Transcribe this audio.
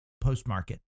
post-market